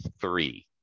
three